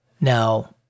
Now